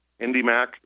IndyMac